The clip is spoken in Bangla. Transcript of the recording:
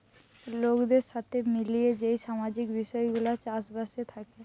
লোকদের সাথে মিলিয়ে যেই সামাজিক বিষয় গুলা চাষ বাসে থাকে